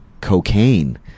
cocaine